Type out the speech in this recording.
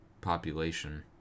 population